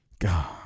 God